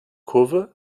kurve